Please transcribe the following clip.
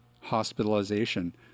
hospitalization